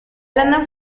lana